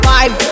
Five